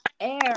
air